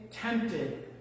tempted